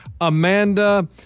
Amanda